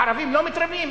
הערבים לא מתרבים?